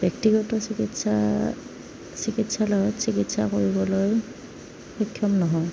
ব্যক্তিগত চিকিৎসা চিকিৎসালয়ত চিকিৎসা কৰিবলৈ সক্ষম নহয়